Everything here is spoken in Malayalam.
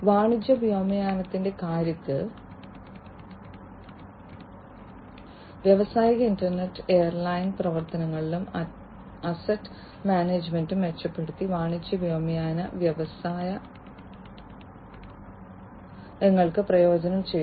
വാണിജ്യ വ്യോമയാനത്തിന്റെ കാര്യത്തിൽ വ്യാവസായിക ഇന്റർനെറ്റ് എയർലൈൻ പ്രവർത്തനങ്ങളും അസറ്റ് മാനേജ്മെന്റും മെച്ചപ്പെടുത്തി വാണിജ്യ വ്യോമയാന വ്യവസായങ്ങൾക്ക് പ്രയോജനം ചെയ്തു